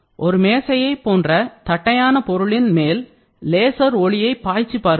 ஒரு மேசையை போன்ற தட்டையான பொருளின் மேல் லேசரை ஒளியை பாய்ச்சி பாருங்கள்